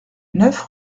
neuf